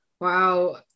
wow